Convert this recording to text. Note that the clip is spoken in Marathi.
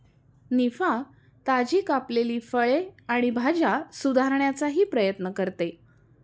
निफा, ताजी कापलेली फळे आणि भाज्या सुधारण्याचाही प्रयत्न करते